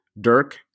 Dirk